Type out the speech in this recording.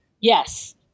Yes